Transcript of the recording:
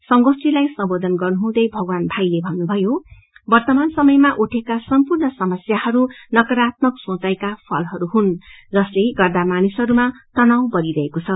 संगोष्ठीलाई सम्बोधन गर्नुहँदै भगवान भाईले भन्नुभयो वव्रमान समयामा उठेका समपूर्ण समस्याहध नकारात्मक सोचाईका फलहरू हहन जसले गर्दा मानिसहरूमा तनाव बढ़ीरहेको छ